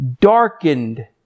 darkened